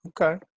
Okay